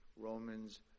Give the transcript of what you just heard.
Romans